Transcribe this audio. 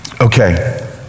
Okay